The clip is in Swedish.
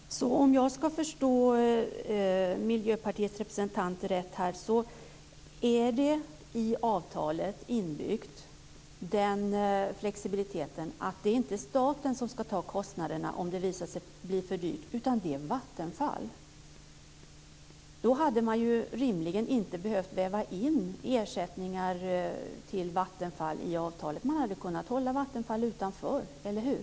Fru talman! Om jag ska förstå Miljöpartiets representant rätt, är det inbyggt i avtalet den flexibiliteten att det inte är staten som ska ta kostnaderna om det visar sig bli för dyrt, utan det är Vattenfall. Då hade man rimligen inte behövt väva in ersättningar till Vattenfall i avtalet, utan man hade kunnat hålla Vattenfall utanför. Eller hur?